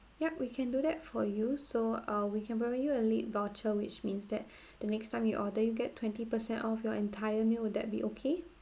yup we can do that for you so uh we can provide you a late voucher which means that the next time you order you get twenty percent off your entire meal will that be okay